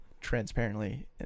transparently